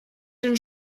den